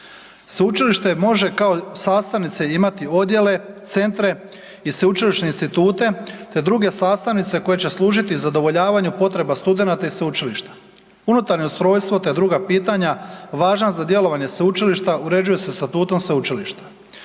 Sveučilište može kao sastavnice imati odjele, centra i sveučilišne institute te druge sastavnice koje će služiti zadovoljavanju potreba studenata i sveučilišta. Unutarnje ustrojstvo te druga pitanja važna za djelovanje sveučilišta uređuje se Statutom sveučilišta.